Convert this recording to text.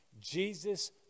Jesus